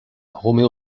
romeo